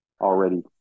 already